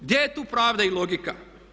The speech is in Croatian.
Gdje je tu pravda i logika?